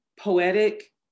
poetic